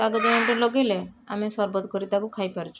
କାଗଜା ଲେମ୍ବୁଟେ ଲଗେଇଲେ ଆମେ ସର୍ବତ୍ କରି ତାକୁ ଖାଇ ପାରୁଛୁ